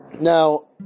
Now